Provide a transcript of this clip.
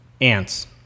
ants